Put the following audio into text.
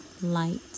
light